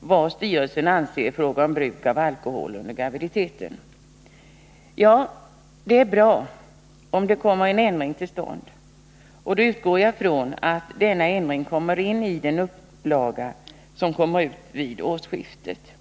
vad styrelsen anser i fråga om bruk av alkohol under graviditet”. Ja, det är bra om det kommer en ändring till stånd. Jag utgår från att denna ändring då kommer in i den upplaga som ges ut vid årsskiftet.